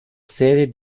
serie